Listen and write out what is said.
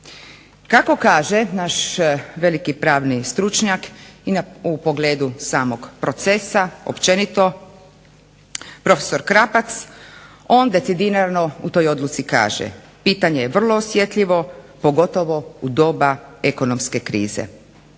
Kako kaže naš veliki pravni stručnjak i u pogledu samog procesa općenito profesor Krapac, on decidirano u toj odluci kaže, pitanje je vrlo osjetljivo pogotovo u doba ekonomske krize.